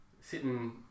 Sitting